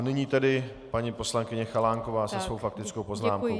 Nyní tedy paní poslankyně Chalánková se svou faktickou poznámkou.